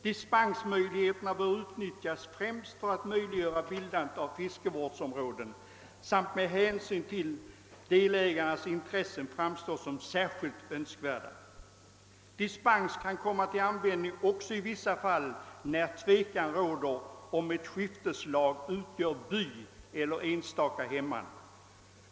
Dispensvägen bör utnyttjas främst för att möjliggöra bildandet av fiskevårdsområden som med hänsyn till delägarnas intressen framstår som särskilt önskvärda. Dispens kan komma till användning också i vissa fall, när tvekan råder om ett skifteslag utgör by eller enstaka hemman.